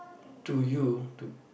to you to